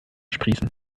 sprießen